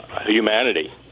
humanity